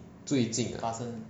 最近